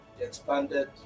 expanded